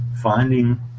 finding